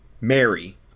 mary